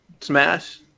smash